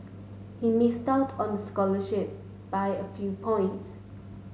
he missed out on the scholarship by a few points